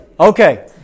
Okay